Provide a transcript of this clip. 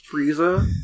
Frieza